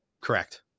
correct